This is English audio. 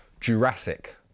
Jurassic